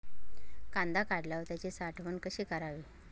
कांदा काढल्यावर त्याची साठवण कशी करावी?